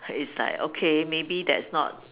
it's like okay maybe that's not